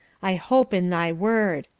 i hope in thy word.